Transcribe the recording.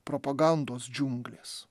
propagandos džiunglės